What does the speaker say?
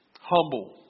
Humble